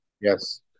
yes